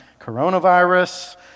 coronavirus